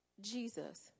Jesus